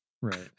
right